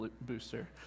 Booster